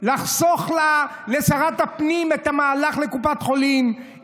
לחסוך לשרת הפנים את ההליכה לקופת חולים,